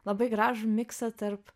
labai gražų miksą tarp